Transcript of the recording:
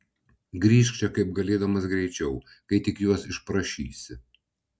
grįžk čia kaip galėdamas greičiau kai tik juos išprašysi